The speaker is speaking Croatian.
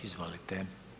Izvolite.